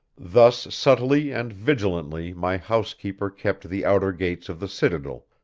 thus subtly and vigilantly my house-keeper kept the outer gates of the citadel,